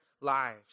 lives